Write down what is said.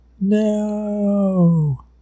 No